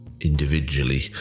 individually